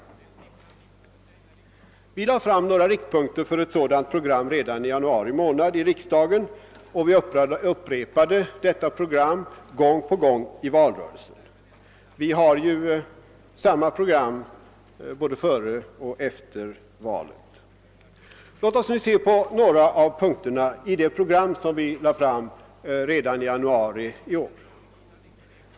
Folkpartiet lade fram några riktpunkter för ett sådant program här i riksdagen redan i januari, och vi upprepade det programmet gång på gång i valrörelsen; vi har ju samma program både före och efter valet. Låt mig erinra om några av punkterna i det programmet.